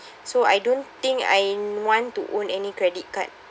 so I don't think I want to own any credit card